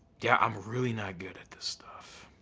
yeah, i'm really not good at this stuff.